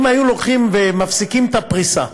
אם היו לוקחים ומפסיקים הפריסה,